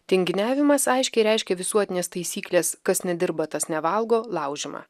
tinginiavimas aiškiai reiškia visuotinės taisyklės kas nedirba tas nevalgo laužymą